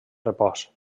repòs